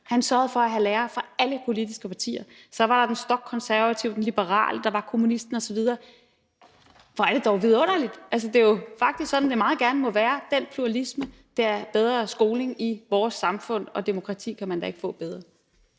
Han sørgede for at have lærere fra alle politiske partier. Der var den stokkonservative, der var den liberale, der var kommunisten osv. Hvor er det dog vidunderligt! Det er jo faktisk sådan, at der meget gerne må være den pluralisme. En bedre skoling i vores samfund og demokrati kan man da ikke få.